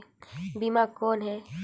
बीमा कौन है?